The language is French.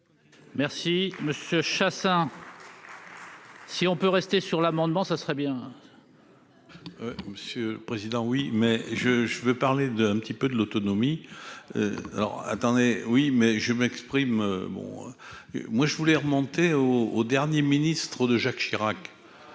Merci Monsieur Chassaing. Si on peut rester sur l'amendement, ça serait bien. Monsieur le président, oui, mais je, je veux parler de, un petit peu de l'autonomie alors attendez, oui, mais je m'exprime, bon moi je voulais remonter au au dernier Ministre de Jacques Chirac